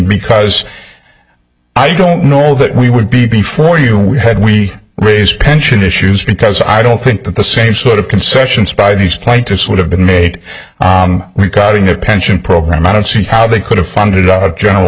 because i don't know that we would be before you we had we raise pension issues because i don't think that the same sort of concessions by these plaintiffs would have been made regarding their pension program i don't see how they could have funded out of general